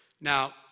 Now